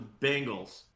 Bengals